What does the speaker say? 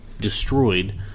destroyed